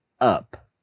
up